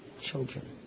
children